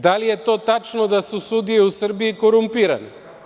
Da li je to tačno da su sudije u Srbiji korumpirane?